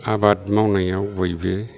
आबाद मावनायाव बयबो